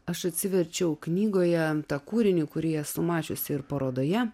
aš atsiverčiau knygoje tą kūrinį kurį esu mačiusi ir parodoje